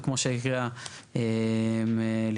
וכמו שהקריאה לירון,